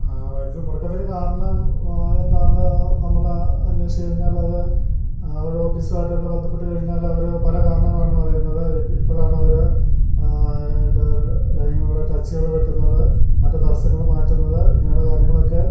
വൈദ്യുതി മുടക്കത്തിന് കാരണം എന്താണെന്ന് നമ്മൾ അന്വേഷിച്ച് കഴിഞ്ഞാൽ അത് അവരുടെ ഓഫീസുമായിട്ടൊക്കെ ബന്ധപ്പെട്ട് കഴിഞ്ഞാൽ അവർ പല കാരണങ്ങളാണ് പറയുന്നത് ഇപ്പോഴാണ് അവർ ലൈനുള്ള ടച്ചുകൾ വെട്ടുന്നത് മറ്റ് തടസ്സങ്ങൾ മാറ്റുന്നത് ഇങ്ങനെയുള്ള കാര്യങ്ങളൊക്കെ